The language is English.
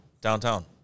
downtown